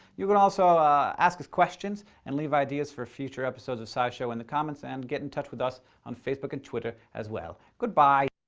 you can also ask us questions and leave ideas for future episodes of scishow in the comments and get in touch with us on facebook and twitter as well. goodbye.